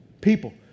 people